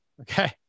okay